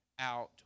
...out